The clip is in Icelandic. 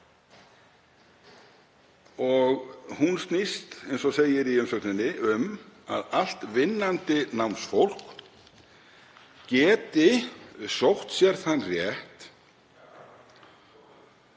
kröfu, eins og segir í umsögninni, „að allt vinnandi námsfólk geti sótt sér þann rétt